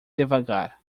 devagar